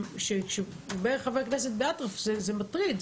שכשאומר חבר כנסת "באטרף" זה מטריד,